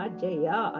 Ajaya